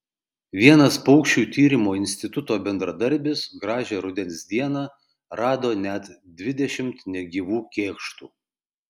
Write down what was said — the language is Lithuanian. vienas paukščių tyrimo instituto bendradarbis gražią rudens dieną rado net dvidešimt negyvų kėkštų